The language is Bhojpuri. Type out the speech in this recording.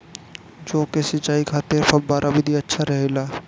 जौ के सिंचाई खातिर फव्वारा विधि अच्छा रहेला?